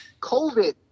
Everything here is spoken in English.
COVID